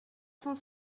cent